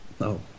No